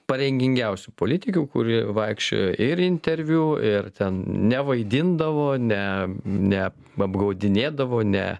pareigingiausių politikių kuri vaikščiojo ir interviu ir ten nevaidindavo ne ne apgaudinėdavo ne